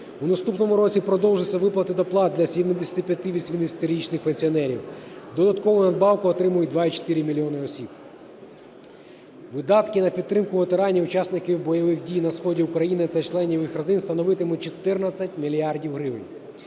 В наступному році продовжаться виплати доплат для 75-80-річних пенсіонерів. Додаткову надбавку отримають 2,4 мільйона осіб. Видатки на підтримку ветеранів і учасників бойових дій на сході України та членів їх родин становитимуть 14 мільярдів